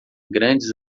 grandes